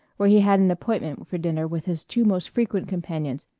where he had an appointment for dinner with his two most frequent companions,